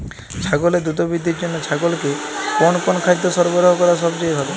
ছাগলের দ্রুত বৃদ্ধির জন্য ছাগলকে কোন কোন খাদ্য সরবরাহ করা সবচেয়ে ভালো?